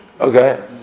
Okay